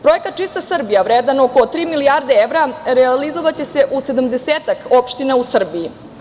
Projekat „Čista Srbija“, vredan oko tri milijarde evra, realizovaće se u sedamdesetak opština u Srbiji.